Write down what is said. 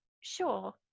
sure